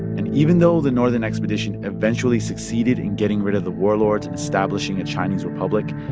and even though the northern expedition eventually succeeded in getting rid of the warlords and establishing a chinese republic,